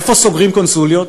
איפה סוגרים קונסוליות?